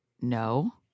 No